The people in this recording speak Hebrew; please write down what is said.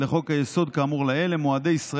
צריך במשטר דמוקרטי לשמור את חופש